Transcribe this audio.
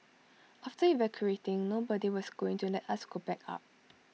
after evacuating nobody was going to let us go back up